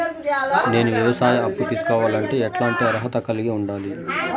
నేను వ్యవసాయ అప్పు తీసుకోవాలంటే ఎట్లాంటి అర్హత కలిగి ఉండాలి?